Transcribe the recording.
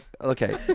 Okay